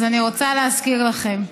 אז אני רוצה להזכיר לכם: